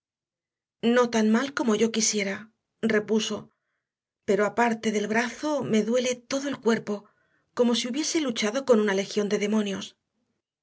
no tan mal como yo quisiera repuso pero aparte del brazo me duele todo el cuerpo como si hubiese luchado con una legión de demonios